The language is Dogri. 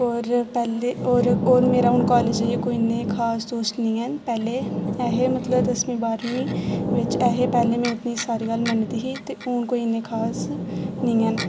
होर पैहले होर होर मेरा हून कालेज जाइयै कोई इन्ने खास दोस्त निं हैन पैह्ले ऐ हे मतलब दसमीं बाह्रमी बिच्च हे पैह्ले में उं'दी सारी गल्ल मन्नदी ही हून कोई इन्ने खास निं हैन